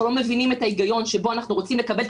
אנחנו לא מבינים את ההיגיון שבו אנחנו רוצים לקבל את